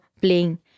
playing